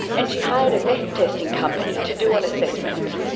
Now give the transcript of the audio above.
and she hired a meth testing company to do an assessment.